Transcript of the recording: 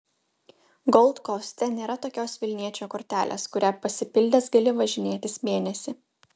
gold koste nėra tokios vilniečio kortelės kurią pasipildęs gali važinėtis mėnesį